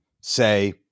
say